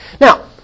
Now